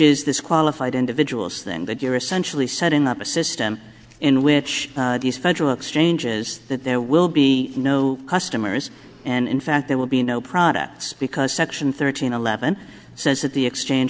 is this qualified individuals thing that you are essentially setting up a system in which the federal exchange is that there will be no customers and in fact there will be no products because section thirteen eleven says that the exchange